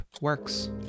works